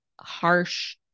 harsh